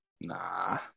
Nah